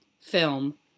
film